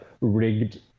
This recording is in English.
rigged